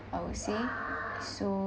I would say so